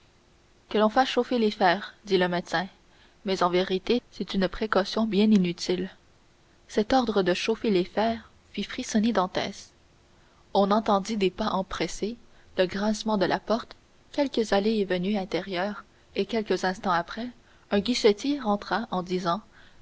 que l'on fasse chauffer les fers dit le médecin mais en vérité c'est une précaution bien inutile cet ordre de chauffer les fers fit frissonner dantès on entendit des pas empressés le grincement de la porte quelques allées et venues intérieures et quelques instants après un guichetier rentra en disant